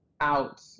out